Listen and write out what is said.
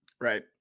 right